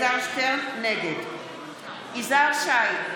נגד יזהר שי,